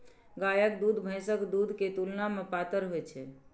गायक दूध भैंसक दूध के तुलना मे पातर होइ छै